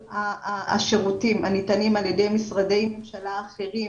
השירותים הניתנים על ידי משרדי ממשלה אחרים,